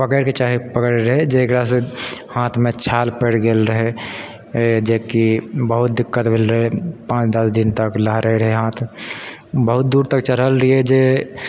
पकड़िके चढ़ए पड़ै रहै जकरासँ हाथमे छाल पड़ि गेल रहै जेकि बहुत दिक्कत भेल रहै पाँच दस दिन तक लहरै रहै हाथ बहुत दूर तक चढ़ल रहिए जे